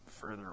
further